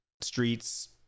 streets